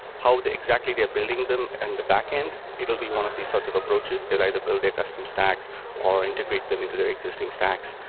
how exactly they are building them in the backend, it will be one of these sorts of approaches. they'll either build their custom stacks or integrate them into their existing stacks,